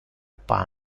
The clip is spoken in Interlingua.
pan